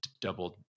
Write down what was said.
double